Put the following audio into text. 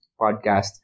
podcast